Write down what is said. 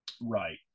Right